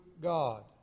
God